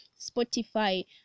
spotify